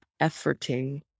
efforting